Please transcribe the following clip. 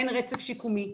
אין רצף שיקומי.